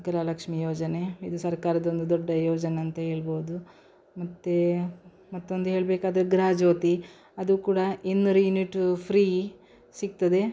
ಗೃಹಲಕ್ಷ್ಮೀ ಯೋಜನೆ ಇದು ಸರ್ಕಾರದೊಂದು ದೊಡ್ಡ ಯೋಜನೆ ಅಂತ ಹೇಳ್ಬೋದು ಮತ್ತು ಮತ್ತೊಂದು ಹೇಳಬೇಕಾದ್ರೆ ಗೃಹಜ್ಯೋತಿ ಅದು ಕೂಡ ಇನ್ನೂರು ಯೂನಿಟು ಫ್ರೀ ಸಿಗ್ತದೆ